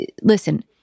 listen